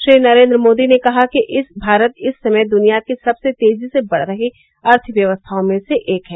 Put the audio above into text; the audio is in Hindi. श्री नरेन्द्र मोदी ने कहा कि भारत इस समय दुनिया की सबसे तेजी से बढ़ रही अर्थव्यवस्थाओं में से एक है